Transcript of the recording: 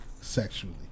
sexually